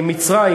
מצרים,